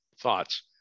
Thoughts